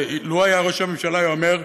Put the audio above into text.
לו זה היה ראש הממשלה הוא היה אומר: